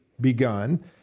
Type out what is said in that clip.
begun